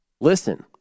Listen